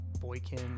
boykin